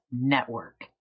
Network